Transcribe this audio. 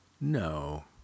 No